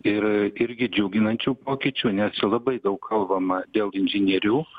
ir irgi džiuginančių pokyčių nes labai daug kalbama jog inžinierius